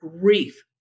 grief